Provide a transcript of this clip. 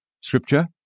Scripture